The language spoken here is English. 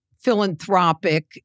philanthropic